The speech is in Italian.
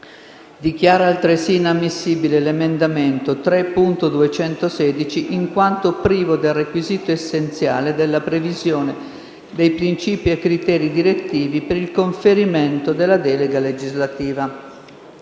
Dichiara altresì inammissibile l'emendamento 3.216, in quanto privo del requisito essenziale della previsione dei principi e criteri direttivi per il conferimento della delega legislativa.